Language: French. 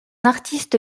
artiste